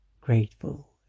grateful